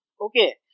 okay